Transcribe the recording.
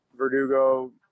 Verdugo